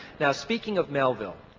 now speaking of melville.